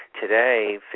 Today